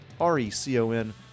R-E-C-O-N